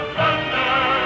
Thunder